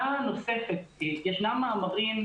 ישנם מאמרים,